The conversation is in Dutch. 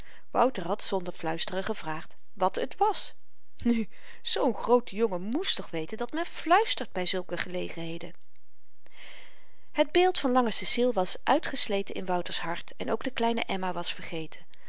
wouter had zonder fluisteren gevraagd wat het was nu zoo'n groote jongen moest toch weten dat men fluistert by zulke gelegenheden het beeld van lange ceciel was uitgesleten in wouter's hart en ook de kleine emma was vergeten